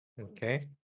Okay